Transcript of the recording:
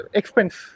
expense